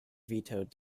vetoed